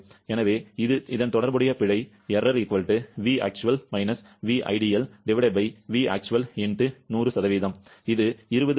எனவே தொடர்புடைய பிழை இது 20